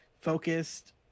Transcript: focused